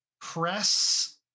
press